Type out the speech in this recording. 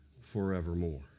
forevermore